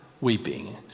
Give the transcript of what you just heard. weeping